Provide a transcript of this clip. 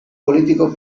político